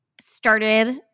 Started